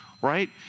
right